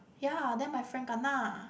ya then my friend kena